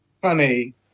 funny